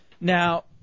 Now